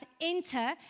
enter